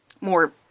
more